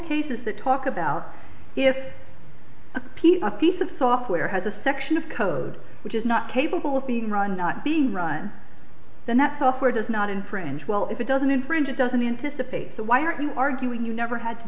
cases that talk about if pete a piece of software has a section of code which is not capable of being run not being run the net software does not infringe well if it doesn't infringe it doesn't anticipate so why are you arguing you never had to